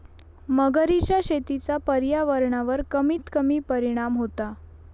मगरीच्या शेतीचा पर्यावरणावर कमीत कमी परिणाम होता